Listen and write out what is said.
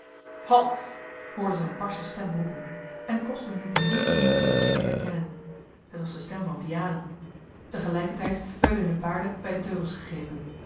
halt hoorden zij eene barsche stem roepen en het kostte hun niet de minste moeite die te herkennen t was de stem van vianen tegelijkertijd werden hunne paarden bij de teugels gegrepen